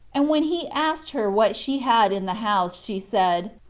and when he asked her what she had in the house, she said,